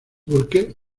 burke